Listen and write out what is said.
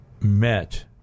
met